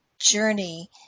journey